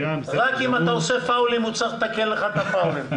רק אם אתה עושה פאולים הוא צריך לתקן לך את הפאולים,